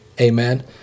Amen